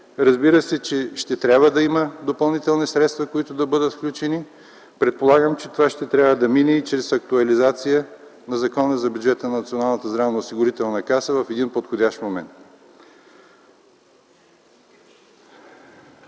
Разбира се, ще трябва да има допълнително включени средства. Предполагам, това ще трябва да мине и чрез актуализация на Закона за бюджета на Националната здравноосигурителна каса в един подходящ момент.